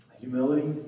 humility